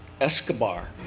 Escobar